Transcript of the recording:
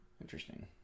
Interesting